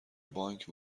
بانک